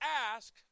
ask